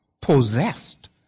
possessed